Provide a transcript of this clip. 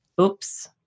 oops